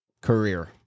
career